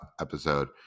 episode